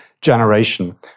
generation